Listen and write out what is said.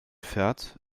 fährt